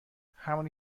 همونی